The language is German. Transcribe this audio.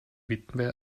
witwe